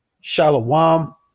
Shalom